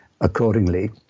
accordingly